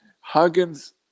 Huggins